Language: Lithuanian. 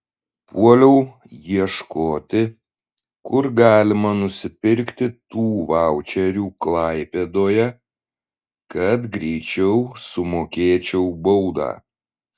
puoliau ieškoti kur galima nusipirkti tų vaučerių klaipėdoje kad greičiau sumokėčiau baudą